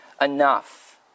enough